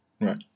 right